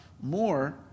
more